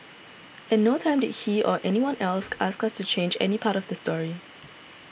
at no time did he or anyone else ask us to change any part of the story